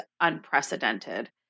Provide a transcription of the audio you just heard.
unprecedented